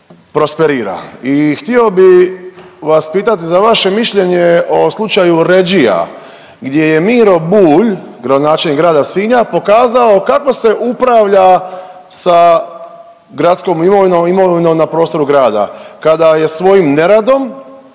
prosperira. Htio bih vas pitati za vaše mišljenje o slučaju Ređija gdje je Miro Bulj, gradonačelnik grada Sinja pokazao kako se upravlja sa gradskom imovinom, imovinom na prostoru grada kada je svojim neradom,